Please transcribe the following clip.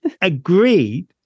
agreed